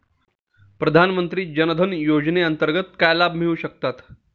प्रधानमंत्री जनधन योजनेअंतर्गत काय लाभ मिळू शकतात?